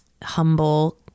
humble